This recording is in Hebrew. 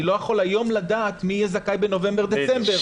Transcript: אני לא יכול היום לדעת מי יהיה זכאי בנובמבר דצמבר.